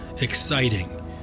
exciting